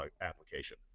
application